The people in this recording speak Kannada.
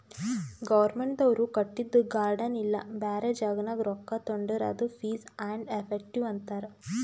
ಗೌರ್ಮೆಂಟ್ದವ್ರು ಕಟ್ಟಿದು ಗಾರ್ಡನ್ ಇಲ್ಲಾ ಬ್ಯಾರೆ ಜಾಗನಾಗ್ ರೊಕ್ಕಾ ತೊಂಡುರ್ ಅದು ಫೀಸ್ ಆ್ಯಂಡ್ ಎಫೆಕ್ಟಿವ್ ಅಂತಾರ್